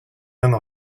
mêmes